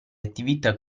attività